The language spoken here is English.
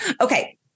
okay